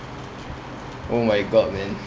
oh my god man